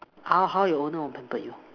ah how your owner will pamper you